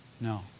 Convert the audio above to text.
No